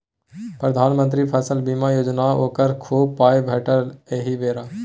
प्रधानमंत्री फसल बीमा योजनासँ ओकरा खूब पाय भेटलै एहि बेर